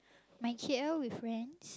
my K_L with friends